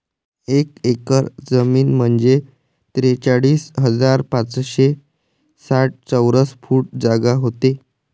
एक एकर जमीन म्हंजे त्रेचाळीस हजार पाचशे साठ चौरस फूट जागा व्हते